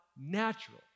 natural